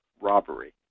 robbery